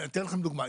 אני אתן לכם דוגמה,